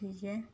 ٹھیک ہے